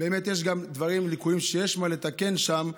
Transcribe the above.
ובאמת יש גם ליקויים שיש מה לתקן שם,